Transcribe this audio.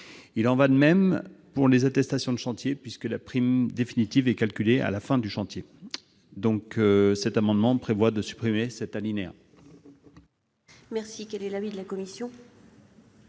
Il en va de même pour les attestations de chantier, puisque la prime définitive est calculée à la fin du chantier. Pour ces raisons, nous proposons de supprimer cet alinéa. Quel est l'avis de la commission